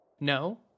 No